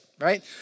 right